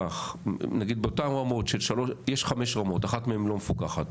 יש חמש רמות, אחת מהן לא מפוקחת.